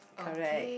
correct